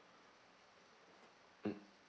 mm